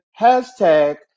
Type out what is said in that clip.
hashtag